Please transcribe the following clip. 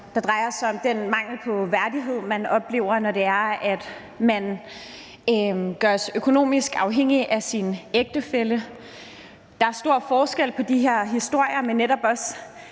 Det drejer sig om den mangel på værdighed, man oplever, når man gøres økonomisk afhængig af sin ægtefælle. Der er stor forskel på de her historier, men de er